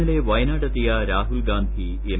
ഇന്നലെ വയനാടെത്തിയ രാഹുൽ ഗാന്ധി എം